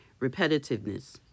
repetitiveness